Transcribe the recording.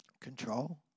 Control